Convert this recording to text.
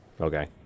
Okay